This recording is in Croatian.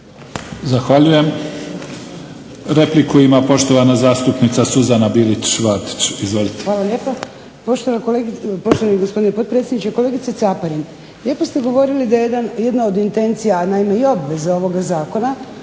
Zahvaljujem. Repliku ima poštovana zastupnica Suzana Bilić Vardić. Izvolite.